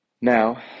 now